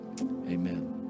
amen